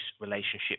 relationship